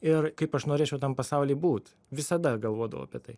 ir kaip aš norėčiau tam pasauly būt visada galvodavau apie tai